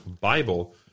Bible